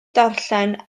ddarllen